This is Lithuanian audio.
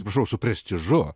atsiprašau su prestižu